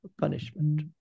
punishment